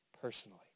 personally